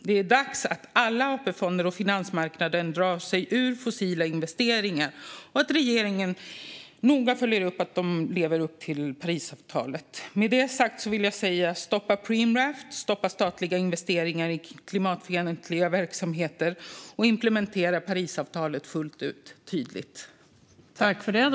Det är dags att alla AP-fonder och finansmarknaden drar sig ur fossila investeringar och att regeringen noga följer upp att de lever upp till Parisavtalet. Med detta sagt vill jag också säga: Stoppa Preemraff, stoppa statliga investeringar i klimatfientliga verksamheter och implementera Parisavtalet tydligt fullt ut!